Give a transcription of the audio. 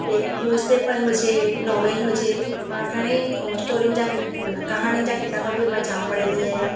newspaper हुजे novel हुजे मां घणे ई स्टोरिन जा माना कहाणी जा किताब बि मां जाम पढ़ंदी आहियां